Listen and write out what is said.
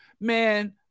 man